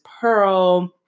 Pearl